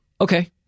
Okay